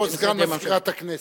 כמו סגן מזכירת הכנסת.